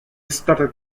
started